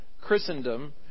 Christendom